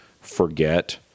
forget